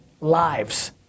lives